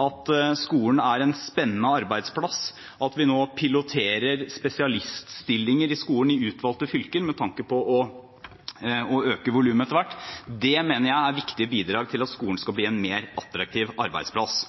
at skolen er en spennende arbeidsplass, at vi nå piloterer spesialiststillinger i skolen i utvalgte fylker med tanke på å øke volumet etter hvert, mener jeg er viktige bidrag til at skolen skal bli en mer attraktiv arbeidsplass.